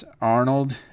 Arnold